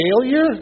failure